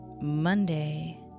Monday